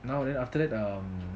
now then after that um